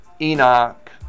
Enoch